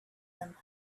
him